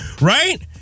Right